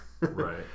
Right